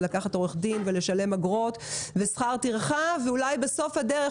לקחת עורך דין ולשלם אגרות ושכר טרחה ואולי בסוף הדרך,